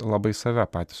labai save patys